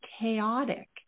chaotic